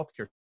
healthcare